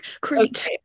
Great